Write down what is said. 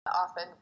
often